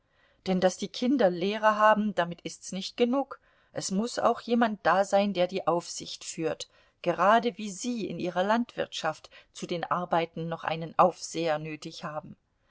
denn daß die kinder lehrer haben damit ist's nicht genug es muß auch jemand da sein der die aufsicht führt gerade wie sie in ihrer landwirtschaft zu den arbeiten noch einen aufseher nötig haben